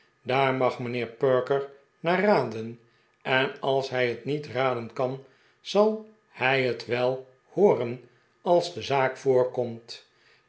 daar mag mijnheer perker naar raden en als hij het niet raden kan zal hij het wel hooren als de zaak voorkomt